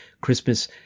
Christmas